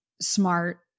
smart